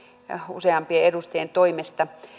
useampien edustajien toimesta